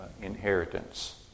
inheritance